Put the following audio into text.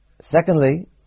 Secondly